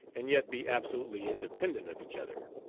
and yet be absolutely independent of each other.